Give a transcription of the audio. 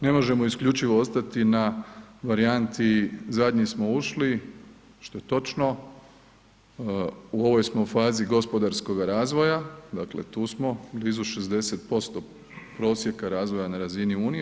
Ne možemo isključivo ostati na varijanti zadnji smo ušli, što je točno, u ovoj smo fazi gospodarskog razvoja, dakle tu smo blizu 60% prosjeka razvoja na razini Unije.